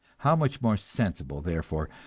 how much more sensible, therefore,